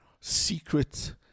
secret